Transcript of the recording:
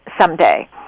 someday